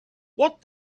what